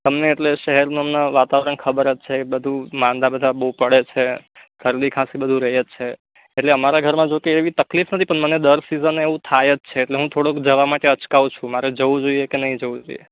તમને એટલે શહેરમાં હમણાં ખબર જ છે બધું માંદા બધા બહુ પડે છે શરદી ખાંસી બધું રહેજ છે એટલે અમારા ઘરમાં તો કઈ એવી તકલીફ નથી પણ મને દર સિઝને એવું થાય જ છે એટલે હું થોડોક જવા માટે અચકાઉં છું તો મારે જવું જોઈએ કે નહીં જવું જોઈએ